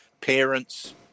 parents